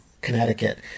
Connecticut